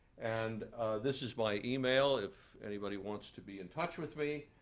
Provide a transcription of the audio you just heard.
and this is my email if anybody wants to be in touch with me.